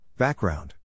Background